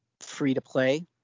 free-to-play